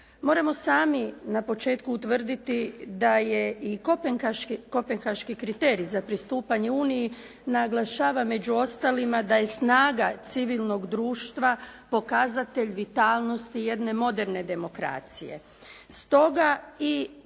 Moramo sami na početku utvrditi da je i kopenhaški kriterij za pristupanje uniji naglašava među ostalima da je snaga civilnog društva pokazatelj vitalnosti jedne moderne demokracije.